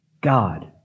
God